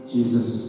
Jesus